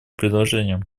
предложением